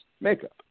makeup